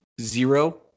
Zero